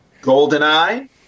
GoldenEye